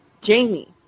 Jamie